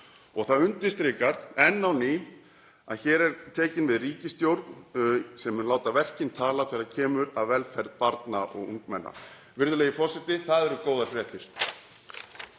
Það undirstrikar enn á ný að hér er tekin við ríkisstjórn sem mun láta verkin tala þegar kemur að velferð barna og ungmenna. Virðulegi forseti. Það eru góðar fréttir.